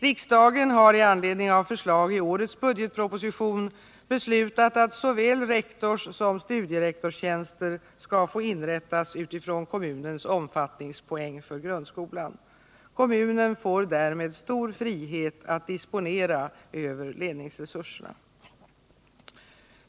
Riksdagen har i anledning av förslag i årets budgetproposition beslutat att såväl rektorssom studierektorstjänster skall få inrättas utifrån kommunens omfattningspoäng för grundskolan. Kommunen får därmed stor frihet att disponera över ledningsresurserna.